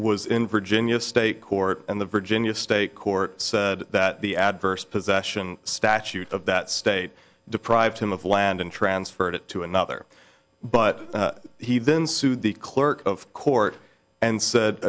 was in virginia a state court and the virginia state court said that the adverse possession statute of that state deprived him of land and transferred it to another but he then sued the clerk of court and said